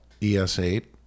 ES8